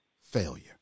failure